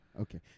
Okay